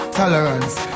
tolerance